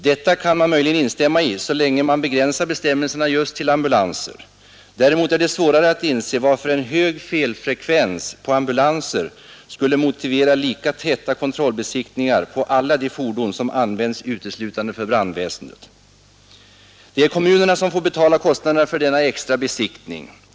Detta kan man möjligen instämma i så länge bestämmelserna begränsas till just ambulanser. Däremot är det svårare att inse varför en hög felfrekvens på ambulanser skulle motivera lika täta kontrollbesiktningar på alla de fordon som används uteslutande för brandväsendet. Det är kommunerna som får betala kostnaderna för denna extra besiktning.